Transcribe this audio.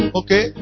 okay